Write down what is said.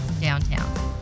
downtown